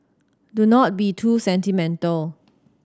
do not be too sentimental